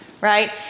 right